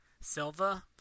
Silva